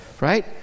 right